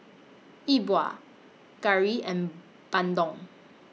Yi Bua Curry and Bandung